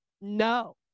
no